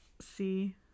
See